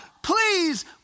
Please